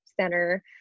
center